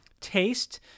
taste